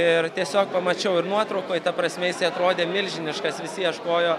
ir tiesiog pamačiau ir nuotraukoj ta prasme jisai atrodė milžiniškas visi ieškojo